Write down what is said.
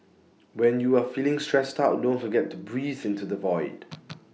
when you are feeling stressed out don't forget to breathe into the void